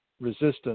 resistance